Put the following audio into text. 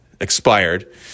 expired